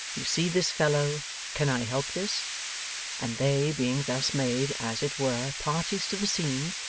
you see this fellow can i help this and they, being thus made, as it were, parties to the scene,